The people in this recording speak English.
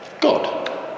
God